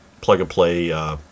plug-and-play